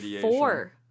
four